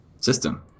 system